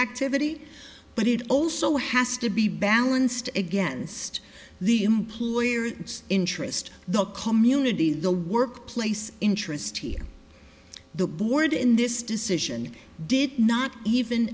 activity but it also has to be balanced against the employer interest the community in the workplace interests here the board in this decision did not even